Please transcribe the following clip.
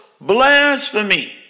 blasphemy